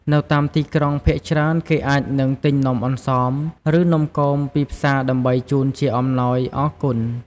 នៅតាមទីក្រុង ភាគច្រើនគេអាចនឹងទិញនំអន្សម ឬ នំគមពីផ្សារដើម្បីជូនជាអំណោយអរគុណ។